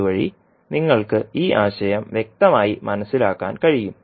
അതുവഴി നിങ്ങൾക്ക് ഈ ആശയം വ്യക്തമായി മനസിലാക്കാൻ കഴിയു